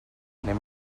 anem